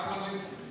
קלמן ליבסקינד.